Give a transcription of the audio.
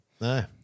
no